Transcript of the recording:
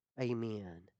Amen